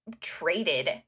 traded